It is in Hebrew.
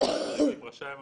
במקרים חריגים רשאי הממונה,